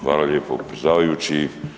Hvala lijepo predsjedavajući.